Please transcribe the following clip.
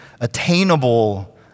attainable